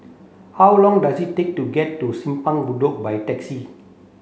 how long does it take to get to Simpang Bedok by taxi